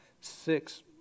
six